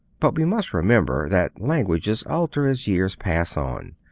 but we must remember that languages alter as years pass on.